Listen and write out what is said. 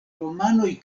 romanoj